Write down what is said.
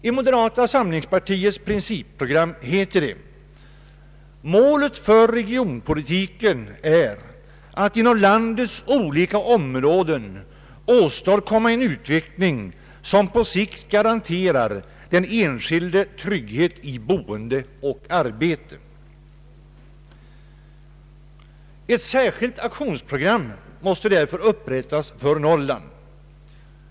I moderata samlingspartiets principprogram heter det: ”Målet för regionpolitiken är att inom landets olika områden åstadkomma en utveckling som på sikt garanterar den enskilde trygghet i boende och arbete. Ett särskilt aktionsprogram måste därför upprättas för Norrland.